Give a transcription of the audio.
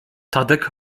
tadek